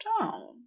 down